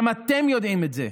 גם אתם יודעים את זה.